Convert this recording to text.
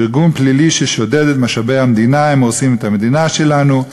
היא ארגון פלילי ששודד את משאבי המדינה: הם הורסים את המדינה שלנו,